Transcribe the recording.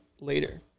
later